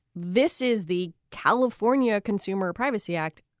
this is the california consumer privacy act.